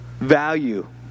value